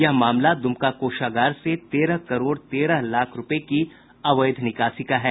यह मामला द्मका कोषागार से तेरह करोड़ तेरह लाख रूपये की अवैध निकासी का है